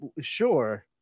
sure